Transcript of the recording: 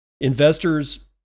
Investors